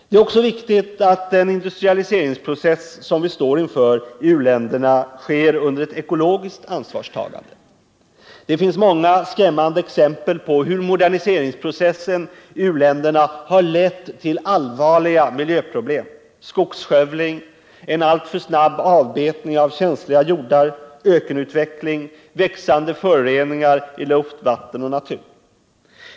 Det är också viktigt att den industrialiseringsprocess som vi står inför i uländerna sker under ett ekologiskt ansvarstagande. Det finns många skrämmande exempel på hur moderniseringsprocessen i u-länderna har lett till allvarliga miljöproblem, såsom skogsskövling, en alltför snabb avbetning av känsliga jordar, ökenutveckling, växande föroreningar i luft, vatten och natur.